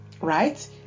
right